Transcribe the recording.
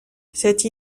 cette